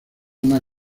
una